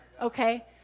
okay